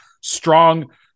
strong